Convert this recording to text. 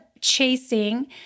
chasing